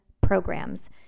Programs